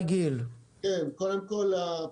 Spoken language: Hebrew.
קודם כל,